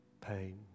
pain